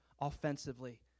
offensively